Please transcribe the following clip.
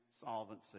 solvency